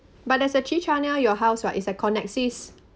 but there's a chicha near your house [what] is at connexis